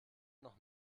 noch